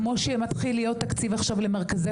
כמו שמתחיל להיות תקציב עכשיו למרכזי